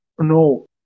no